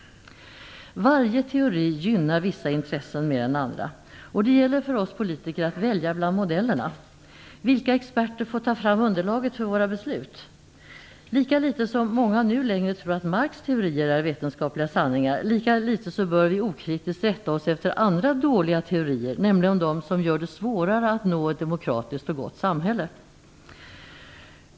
Varje teori gynnar vissa intressen mer än andra, och det gäller för oss politiker att välja bland modellerna. Vilka experter får ta fram underlaget för våra beslut? Lika litet som någon längre tror på att Marx teorier är vetenskapliga sanningar, lika litet bör vi okritiskt rätta oss efter andra dåliga teorier, nämligen de som gör det svårare att nå ett demokratiskt och gott samhälle.